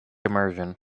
immersion